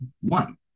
one